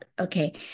Okay